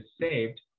saved